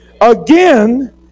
Again